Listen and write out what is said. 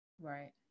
right